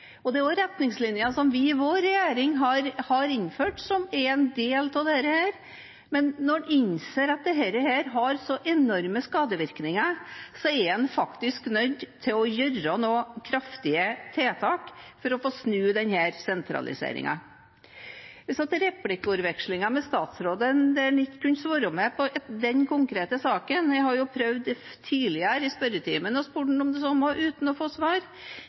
Det er også retningslinjer som vi i vår regjering innførte, som er en del av dette, men når en innser at dette har så enorme skadevirkninger, er en faktisk nødt til å sette inn noen kraftige tiltak for å få snudd denne sentraliseringen. I replikkvekslingen med statsråden kunne han ikke svare meg på den konkrete saken. Jeg har prøvd tidligere i spørretimen å spørre om det samme uten å få svar.